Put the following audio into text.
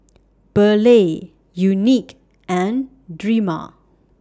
Burley Unique and Drema